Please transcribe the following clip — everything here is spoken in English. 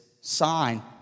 sign